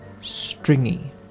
stringy